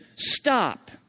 stop